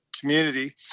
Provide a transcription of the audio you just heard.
community